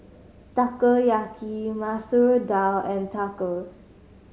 Takoyaki Masoor Dal and Tacos